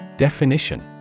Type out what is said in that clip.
Definition